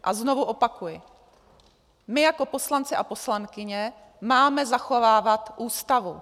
A znovu opakuji, my jako poslanci a poslankyně máme zachovávat Ústavu.